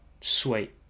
Sweet